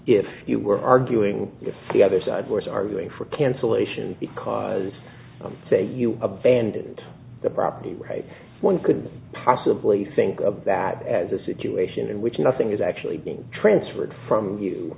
if you were arguing if the other side was arguing for cancellation because say you abandoned the property right one could possibly think of that as a situation in which nothing is actually being transferred from you